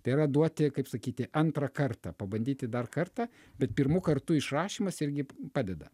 tai yra duoti kaip sakyti antrą kartą pabandyti dar kartą bet pirmu kartu išrašymas irgi padeda